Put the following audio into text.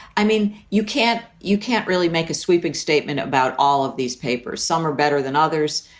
i mean, you can't you can't really make a sweeping statement about all of these papers. some are better than others.